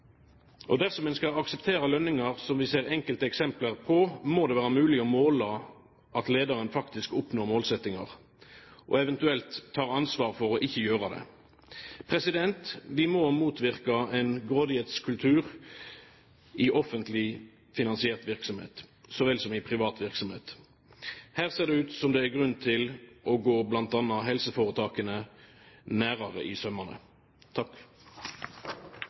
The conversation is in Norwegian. Dersom en skal akseptere lønninger som vi ser enkelte eksempler på, må det være mulig å måle at lederen faktisk oppnår målsettinger, eventuelt tar ansvar for ikke å gjøre det. Vi må motvirke en grådighetskultur i offentlig finansierte virksomheter så vel som i private virksomheter. Her ser det ut som om det er grunn til å gå bl.a. helseforetakene nærmere etter i sømmene.